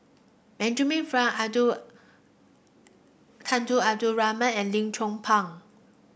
Benjamin Frank Abdul Tunku Abdul Rahman and Lim Chong Pang